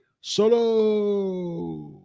Solo